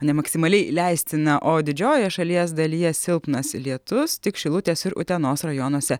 ne maksimaliai leistiną o didžiojoje šalies dalyje silpnas lietus tik šilutės ir utenos rajonuose